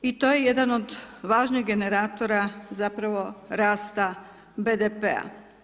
I to je jedan od važnih generatora zapravo rasta BDP-a.